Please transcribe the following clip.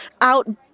out